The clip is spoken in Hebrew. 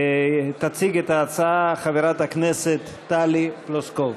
תציג את ההצעה טלי פלוסקוב.